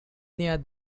near